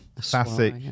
classic